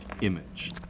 image